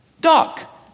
Duck